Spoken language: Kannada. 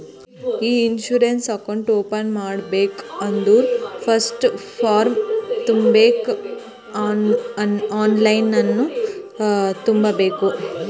ಇ ಇನ್ಸೂರೆನ್ಸ್ ಅಕೌಂಟ್ ಓಪನ್ ಮಾಡ್ಬೇಕ ಅಂದುರ್ ಫಸ್ಟ್ ಫಾರ್ಮ್ ತುಂಬಬೇಕ್ ಆನ್ಲೈನನ್ನು ತುಂಬೋದು